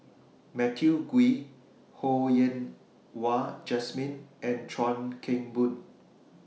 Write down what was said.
Matthew Ngui Ho Yen Wah Jesmine and Chuan Keng Boon